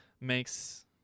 makes